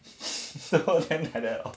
so then they are all